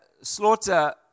slaughter